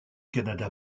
canada